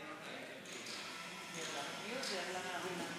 בבקשה, חמש דקות.